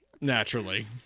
naturally